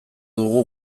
dugu